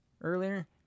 earlier